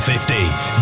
50s